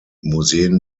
museen